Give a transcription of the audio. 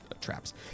traps